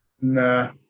Nah